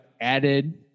added